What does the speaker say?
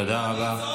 תודה רבה.